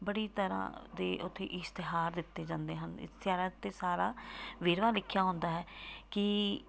ਬੜੀ ਤਰ੍ਹਾਂ ਦੇ ਉੱਥੇ ਇਸ਼ਤਿਹਾਰ ਦਿੱਤੇ ਜਾਂਦੇ ਹਨ ਇਸ਼ਤਿਹਾਰਾਂ 'ਤੇ ਸਾਰਾ ਵੇਰਵਾ ਲਿਖਿਆ ਹੁੰਦਾ ਹੈ ਕਿ